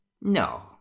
No